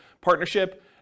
partnership